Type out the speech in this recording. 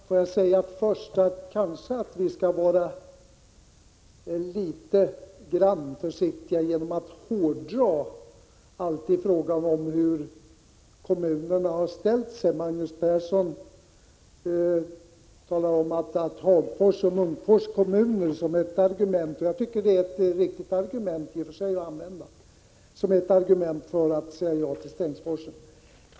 Herr talman! Vi kanske skall vara litet försiktiga med att hårdra kommunernas inställning. Magnus Persson nämner som ett argument — och det är ett riktigt argument — för utbyggnad av Strängsforsen att Hagfors och Munkfors kommuner har sagt ja.